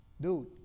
Dude